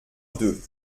deux